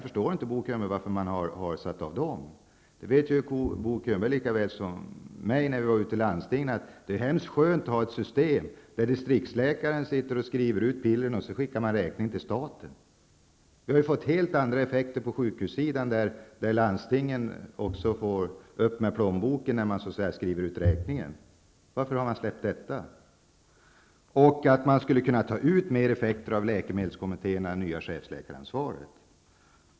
Bo Könberg vet lika väl som jag att man tycker att det är bra att ha ett system där distriktsläkaren sitter och skriver ut piller och man skickar räkningen till staten. Det har fått helt andra effekter på sjukhussidan när landstingen också får öppna plånboken när räkningen skrivs ut. Varför har man släppt detta, liksom att man skulle kunna ta ut mer effekter av läkemedelskommittéerna och det nya chefsläkaransvaret?